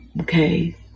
Okay